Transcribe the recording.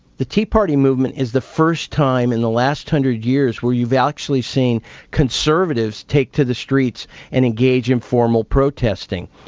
the tea party movement is the first time in the last hundred years where you've actually seen conservatives take to the streets and engage in formal protesting.